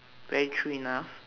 very true enough